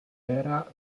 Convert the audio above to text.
era